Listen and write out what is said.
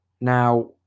Now